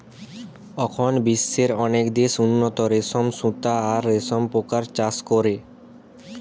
অখন বিশ্বের অনেক দেশ উন্নত রেশম সুতা আর রেশম পোকার চাষ করে